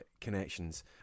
connections